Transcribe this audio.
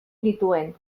nituen